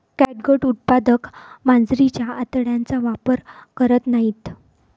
catgut उत्पादक मांजरीच्या आतड्यांचा वापर करत नाहीत